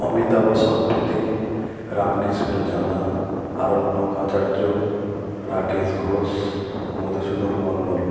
Amitabh Satapathy Ramakrishna Jana Aranyak Acharya Rakesh Ghosh Madhusudan Mondal